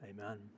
Amen